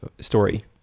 story